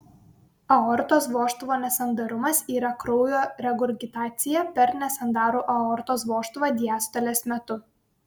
aortos vožtuvo nesandarumas yra kraujo regurgitacija per nesandarų aortos vožtuvą diastolės metu